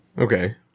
okay